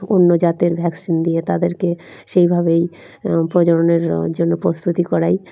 অন্য জাতের ভ্যাকসিন দিয়ে তাদেরকে সেইভাবেই প্রজননের জন্য প্রস্তুতি করাই